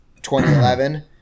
2011